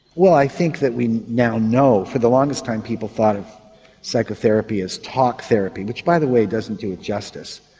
well i think we now know for the longest time people thought of psychotherapy as talk therapy which by the way doesn't do it justice.